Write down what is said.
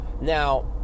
Now